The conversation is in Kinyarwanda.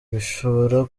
bishobora